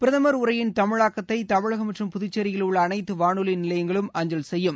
பிரதமர் உரையின் தமிழாக்கத்தை தமிழகம் மற்றும் புதுச்சேரியில் உள்ள அனைத்து வானொலி நிலையங்களும் அஞ்சல் செய்யும்